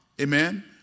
Amen